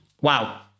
Wow